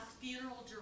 funeral